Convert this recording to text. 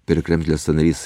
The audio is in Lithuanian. per kremzlę sąnarys